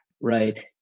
right